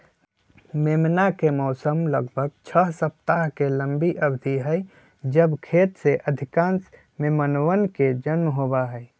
मेमना के मौसम लगभग छह सप्ताह के लंबी अवधि हई जब खेत के अधिकांश मेमनवन के जन्म होबा हई